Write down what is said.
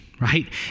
right